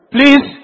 Please